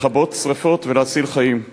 לכבות שרפות ולהציל חיים.